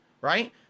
right